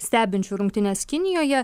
stebinčiu rungtynes kinijoje